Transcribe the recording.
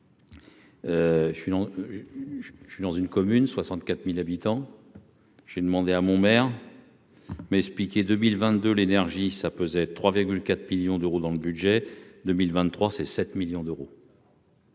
je suis dans une commune 64000 habitants, j'ai demandé à mon maire m'expliquer 2022, l'énergie, ça pesait 3 4 millions d'euros dans le budget 2023 c'est 7 millions d'euros.